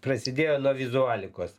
prasidėjo nuo vizualikos